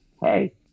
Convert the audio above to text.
Hey